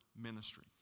ministry